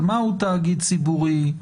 של מהו תאגיד ציבורי.